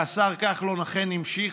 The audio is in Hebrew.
והשר כחלון אכן המשיך.